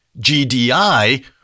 GDI